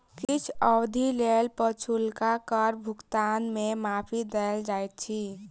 किछ अवधिक लेल पछुलका कर भुगतान के माफी देल जाइत अछि